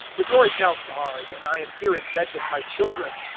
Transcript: the door is now barred, and i am here in bed with my children.